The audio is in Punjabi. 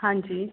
ਹਾਂਜੀ